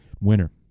winner